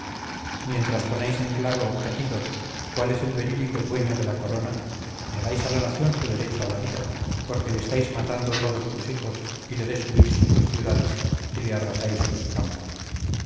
mientras ponéis en claro a tiros cuál es el verídico dueño de la corona negáis a la nación su derecho a la vida porque le estáis matando todos sus hijos y le destruís sus ciudades y le arrasáis sus campos